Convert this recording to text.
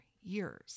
years